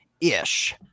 ish